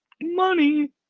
money